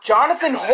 Jonathan